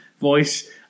voice